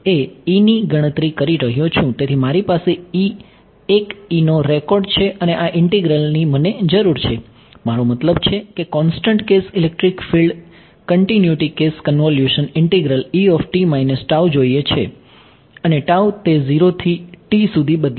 તેથી મારી પાસે એક નો રેકોર્ડ છે અને આ ઇન્ટિગ્રલની મને જરૂર છે મારો મતલબ છે કે constant case electric field continuity case convolution integral જોઈએ છે અને તે 0 થી સુધી બદલાય છે